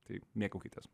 tai mėgaukitės